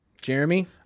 Jeremy